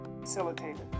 facilitated